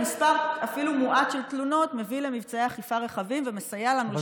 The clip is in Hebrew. אפילו מספר מועט של תלונות מביא למבצעי אכיפה רחבים ומסייע לנו לשפר את,